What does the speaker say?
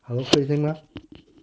hello 可以听吗